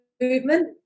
movement